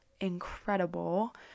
incredible